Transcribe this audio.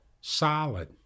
Solid